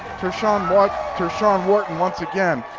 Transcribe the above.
tershawn but tershawn wharton once again.